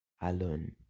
alone